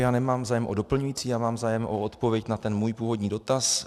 Já nemám zájem o doplňující, já mám zájem o odpověď na ten můj původní dotaz.